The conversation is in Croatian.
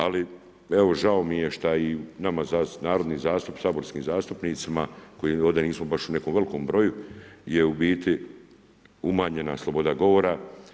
Ali, evo, žao mi je što i nama, saborskim zastupnicima, koji ovdje nismo baš u nekom velikom broju, je u biti umanjena sloboda govora.